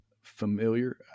familiar